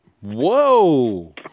Whoa